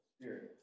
Spirit